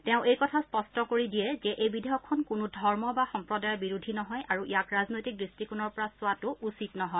তেওঁ এই কথা স্পষ্ট কৰি দিয়ে যে এই বিধেয়কখন কোনো ধৰ্ম বা সম্প্ৰদায়ৰ বিৰোধী নহয় আৰু ইয়াক ৰাজনৈতিক দৃষ্টিকোণৰ পৰা চোৱাটো উচিত নহয়